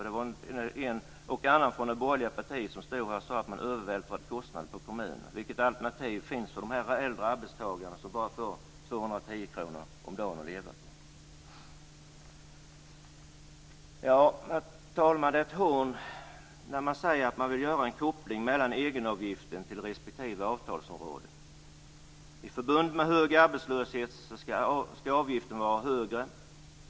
Det var en och annan från de borgerliga partierna som stod här och sade att man övervältrat kostnaderna på kommunerna. Vilka alternativ finns det för de här äldre arbetstagarna som bara får 210 kr per dag att leva på? Herr talman! Det är ett hån när man säger att man vill göra en koppling mellan egenavgiften och respektive avtalsområde. I förbund med hög arbetslöshet skall avgiften vara högre.